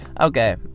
okay